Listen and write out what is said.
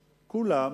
כולם,